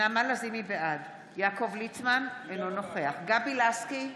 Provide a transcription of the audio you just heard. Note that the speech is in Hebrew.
בעד יעקב ליצמן, אינו נוכח גבי לסקי,